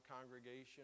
congregation